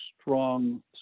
strong